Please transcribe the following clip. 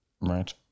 Right